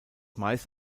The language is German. meist